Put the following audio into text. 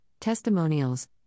testimonials